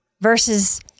versus